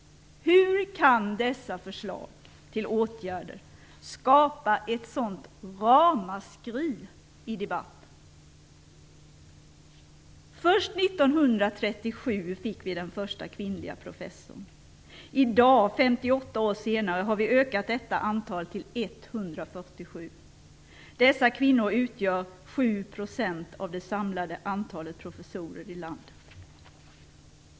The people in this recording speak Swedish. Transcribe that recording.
Hur kan dessa förslag till åtgärder skapa ett sådant ramaskri i debatten? Först 1937 fick vi den första kvinnliga professorn. I dag 58 år senare har vi ökat detta antal till 147. Dessa kvinnor utgör 7 % av det samlade antalet professorer i landet.